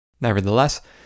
Nevertheless